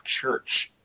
church